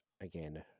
again